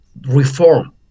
reform